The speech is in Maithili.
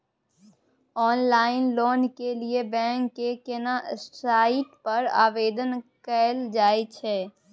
ऑनलाइन लोन के लिए बैंक के केना साइट पर आवेदन कैल जाए छै?